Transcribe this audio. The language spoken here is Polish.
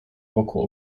wokół